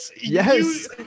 Yes